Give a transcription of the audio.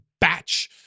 batch